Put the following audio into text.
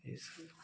ये सब